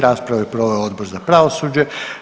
Raspravu je proveo Odbor za pravosuđe.